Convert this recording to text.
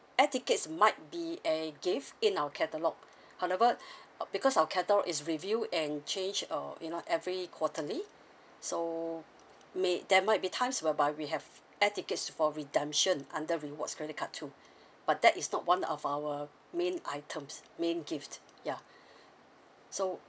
air tickets might be a gift in our catalogue however uh because our catalogue is reviewed and changed uh you know every quarterly so may there might be times whereby we have air tickets for redemption under rewards credit card too but that is not one of our main items main gift ya so